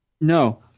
No